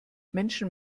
menschen